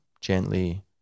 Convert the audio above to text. gently